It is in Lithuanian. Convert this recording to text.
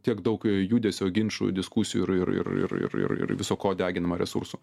tiek daug judesio ginčų diskusijų ir ir ir ir ir ir viso ko deginama resursų